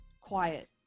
quiet